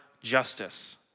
justice